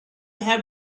have